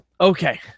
Okay